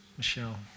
Michelle